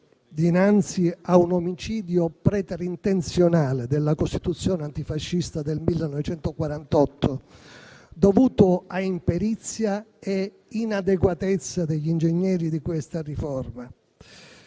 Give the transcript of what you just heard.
dinanzi non a un omicidio preterintenzionale della Costituzione antifascista del 1948, dovuto a imperizia e inadeguatezza degli ingegneri di questa riforma,